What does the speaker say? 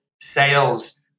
Sales